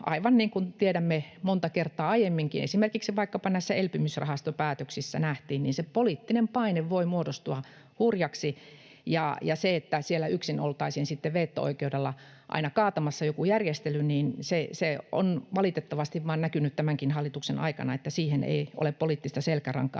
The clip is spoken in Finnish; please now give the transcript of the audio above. aivan niin kuin tiedämme, monta kertaa aiemminkin on nähty, esimerkiksi vaikkapa näissä elpymisrahastopäätöksissä nähtiin, se poliittinen paine voi muodostua hurjaksi. Ja että siellä yksin oltaisiin sitten veto-oikeudella aina kaatamassa joku järjestely — on valitettavasti vain näkynyt tämänkin hallituksen aikana, että siihen ei ole poliittista selkärankaa